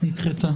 הצבעה